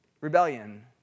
rebellion